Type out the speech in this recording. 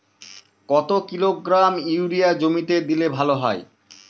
কত kilogram urea জমিতে দিলে ভালো হয়?